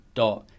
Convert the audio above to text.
dot